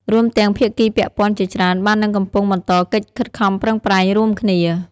រួមទាំងភាគីពាក់ព័ន្ធជាច្រើនបាននិងកំពុងបន្តកិច្ចខិតខំប្រឹងប្រែងរួមគ្នា។